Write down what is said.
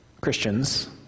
Christians